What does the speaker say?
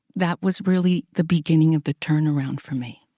that was really the beginning of the turnaround for me.